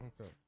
Okay